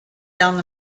down